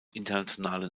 internationalen